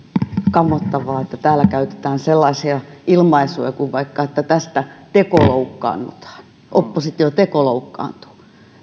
kammottavaa että täällä käytetään sellaisia ilmaisuja kuin että tästä tekoloukkaannutaan oppositio tekoloukkaantuu